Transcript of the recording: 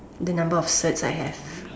the number of certs I have